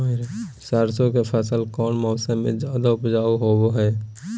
सरसों के फसल कौन मौसम में ज्यादा उपजाऊ होबो हय?